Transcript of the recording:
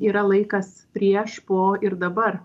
yra laikas prieš po ir dabar